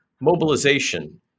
mobilization